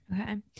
okay